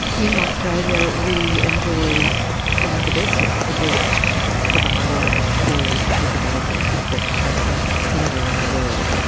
in australia we enjoy some of the best, if not the best survival rates for people diagnosed with breast cancer anywhere in the world.